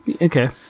Okay